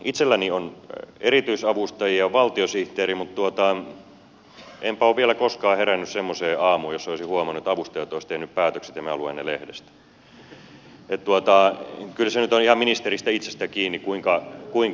itselläni on erityisavustajia ja on valtiosihteeri mutta enpä ole vielä koskaan herännyt semmoiseen aamuun että olisin huomannut että avustajat olisivat tehneet ne päätökset ja minä luen ne lehdestä